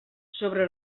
sobre